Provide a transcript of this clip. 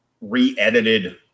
re-edited